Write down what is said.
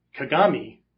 kagami